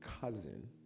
cousin